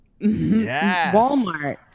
Walmart